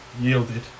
yielded